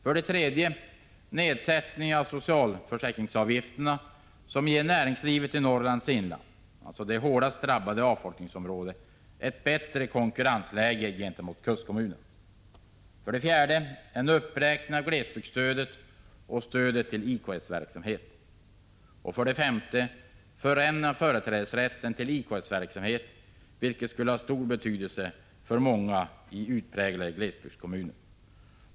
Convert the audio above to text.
För det tredje föreslår vi en nedsättning av socialförsäkringsavgifterna för att ge näringslivet i Norrlands inland, det hårdast drabbade avfolkningsområ det, ett bättre konkurrensläge gentemot kustkommunerna. För det fjärde kräver vi en uppräkning av glesbygdsstödet och stödet till IKS-verksamhet. För det femte föreslås förändringar av företrädesrätten till IKS-verksamheten, vilket skulle ha stor betydelse för många i utpräglade glesbygdskommuner.